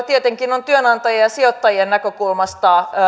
tietenkin on työnantajien ja sijoittajien näkökulmasta